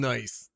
Nice